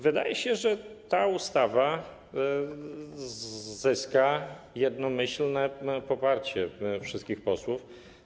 Wydaje się, że ta ustawa zyska jednomyślne poparcie wszystkich posłów.